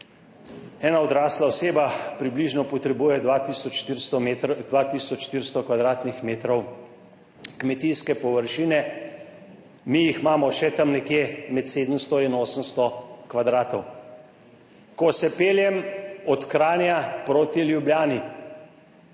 1 odrasla oseba približno potrebuje 2 tisoč 400 metrov, 2 tisoč 400 kvadratnih metrov kmetijske površine, mi jih imamo še tam nekje med 700 in 800 kvadratov. Ko se peljem od Kranja proti Ljubljani,